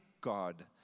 God